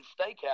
Steakhouse